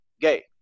gay